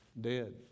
dead